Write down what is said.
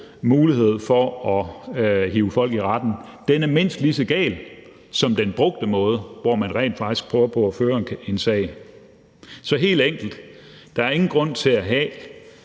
mulighed for at hive folk i retten er mindst lige så gal som den brugte måde, hvor man rent faktisk prøver på at føre en sag. Så helt enkelt: Der er ingen grund til at have